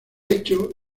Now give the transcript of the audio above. hecho